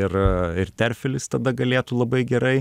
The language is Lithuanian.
ir ir terfelis tada galėtų labai gerai